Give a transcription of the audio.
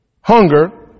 hunger